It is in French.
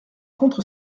contre